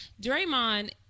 Draymond